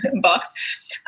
box